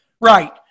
right